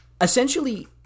Essentially